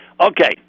Okay